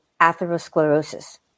atherosclerosis